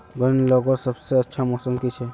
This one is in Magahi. गन्ना लगवार सबसे अच्छा मौसम की छे?